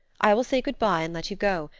i will say good-by and let you go.